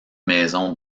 maison